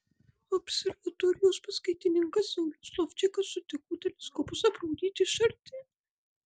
observatorijos paskaitininkas saulius lovčikas sutiko teleskopus aprodyti iš arti